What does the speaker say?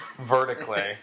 vertically